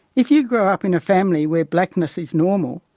if you grow up in a family where blackness is normal,